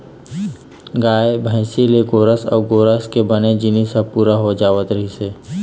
गाय, भइसी ले गोरस अउ गोरस के बने जिनिस ह पूरा हो जावत रहिस हे